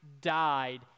died